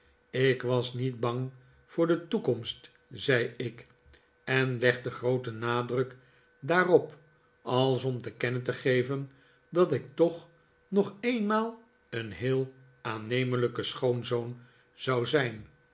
ik was niet bang voor de toekomst zei ik en legde grooten nadruk daarop als om te kennen te geven dat ik toch nog eenmaal een heel aannemelijke schoonzoon zou zijn